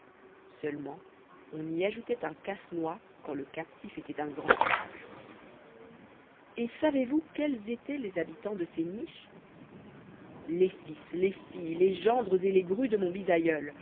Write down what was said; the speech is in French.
seulement on y ajoutait un casse noix quand le captif était d'un grand âge et savez-vous quels étaient les habitants de ces niches les fils les filles les gendres et les brus de mon bisaïeul